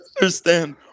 understand